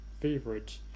favorite